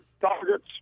targets